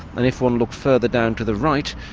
and if one looked further down to the right,